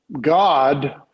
God